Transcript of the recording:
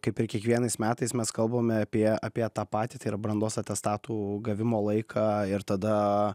kaip ir kiekvienais metais mes kalbame apie apie tą patį tai yra brandos atestatų gavimo laiką ir tada